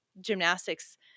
gymnastics